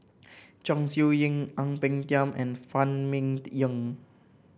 Chong Siew Ying Ang Peng Tiam and Phan Ming Yen